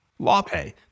LawPay